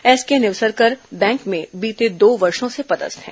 S K Nivsarkar bank में बीते दो वर्षो से पदस्थ हैं